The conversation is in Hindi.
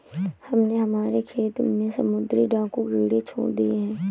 हमने हमारे खेत में समुद्री डाकू कीड़े छोड़ दिए हैं